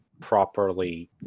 properly